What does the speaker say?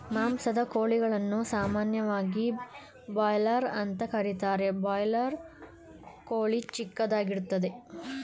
ಮಾಂಸದ ಕೋಳಿಗಳನ್ನು ಸಾಮಾನ್ಯವಾಗಿ ಬಾಯ್ಲರ್ ಅಂತ ಕರೀತಾರೆ ಬಾಯ್ಲರ್ ಕೋಳಿ ಚಿಕ್ಕದಾಗಿರ್ತದೆ